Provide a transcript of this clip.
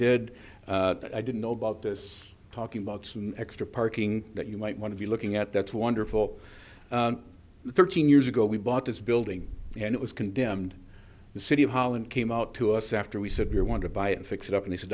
did i didn't know about this talking about some extra parking that you might want to be looking at that's wonderful thirteen years ago we bought this building and it was condemned the city of holland came out to us after we said we want to buy it fix it up and he said